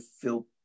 feel